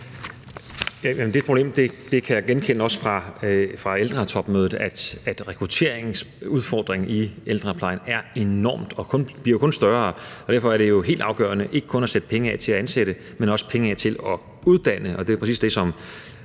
Det problem kan jeg også genkende fra ældretopmødet, altså at rekrutteringsudfordringen i ældreplejen er enorm og kun bliver større, og derfor er det jo helt afgørende ikke kun at sætte penge af til at ansætte, men også at sætte penge af til at uddanne. Og det er præcis det, som